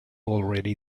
already